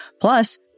Plus